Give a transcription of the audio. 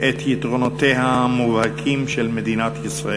את יתרונותיה המובהקים של מדינת ישראל: